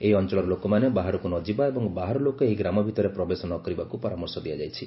ଏହି ଅଞ୍ ଳ ଲୋକମାନେ ବାହାରକୁ ନ ଯିବା ଏବଂ ବାହାର ଲୋକ ଏହି ଗ୍ରାମ ଭିତରେ ପ୍ରବେଶ ନ କରିବାକୁ ପରାମର୍ଶ ଦିଆଯାଇଛି